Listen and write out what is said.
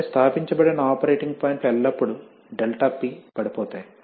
కాబట్టి స్థాపించబడిన ఆపరేటింగ్ పాయింట్లు ఎల్లప్పుడూ ∆P పడిపోతాయి